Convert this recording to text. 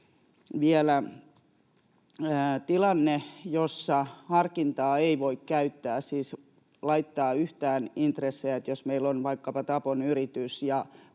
vielä tilanne, jossa harkintaa ei voi käyttää, siis laittaa yhtään intressejä — jos meillä on vaikkapa tapon yritys